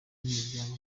miryango